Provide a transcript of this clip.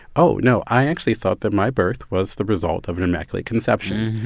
oh, no, i actually thought that my birth was the result of an immaculate conception.